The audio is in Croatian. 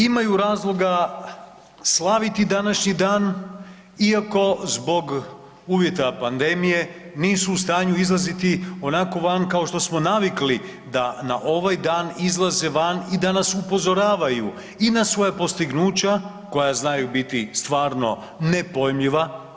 Imaju razloga slaviti današnji dan iako zbog uvjeta pandemije nisu u stanju izlaziti onako van kao što smo navikli da na ovaj dan izlaze van i da nas upozoravaju i na svoja postignuća koja znaju biti stvarno nepojmljiva.